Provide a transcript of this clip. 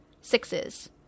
sixes